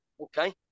okay